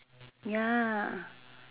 ya